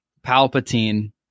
Palpatine